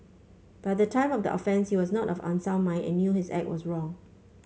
but at the time of the offence he was not of unsound mind and knew his act was wrong